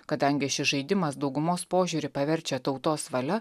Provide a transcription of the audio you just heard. kadangi šis žaidimas daugumos požiūrį paverčia tautos valia